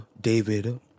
David